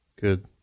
Good